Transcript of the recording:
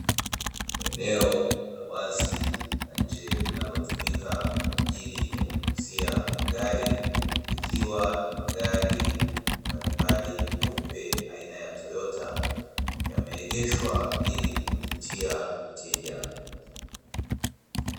Eneo la wazi la nje linalotumika kwaajili ya kuuzia magari, likiwa na magari mbalimbali meupe aina ya Toyota yameegeshwa ili kumvutia mteja.